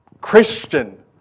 Christian